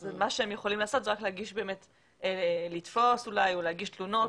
הם יכולים רק לתפוס אולי או להגיש תלונות,